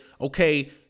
okay